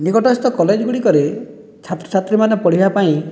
ନିକଟସ୍ଥ କଲେଜଗୁଡ଼ିକରେ ଛାତ୍ରଛାତ୍ରୀମାନେ ପଢ଼ିବା ପାଇଁ